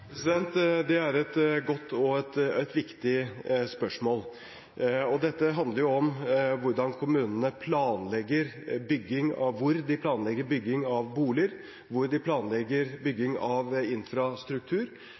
Det er et godt og viktig spørsmål. Dette handler om hvor kommunene planlegger bygging av boliger og hvor de planlegger bygging av